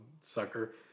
sucker